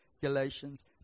Galatians